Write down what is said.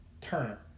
Turner